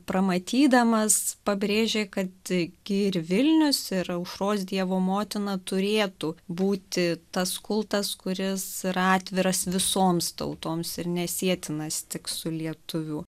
pramatydamas pabrėžė kad gi ir vilnius ir aušros dievo motina turėtų būti tas kultas kuris yra atviras visoms tautoms ir nesietinas tik su lietuvių